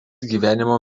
gyvenimo